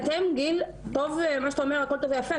גיל, מה שאתה אומר פה טוב ויפה.